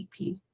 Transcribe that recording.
EP